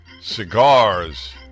cigars